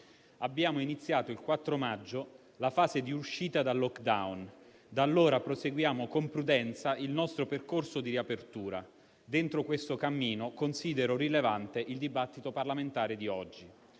Abbiamo iniziato il 4 maggio la fase di uscita dal *lockdown*. Da allora proseguiamo con prudenza il nostro percorso di riapertura. Dentro questo cammino considero rilevante il dibattito parlamentare di oggi.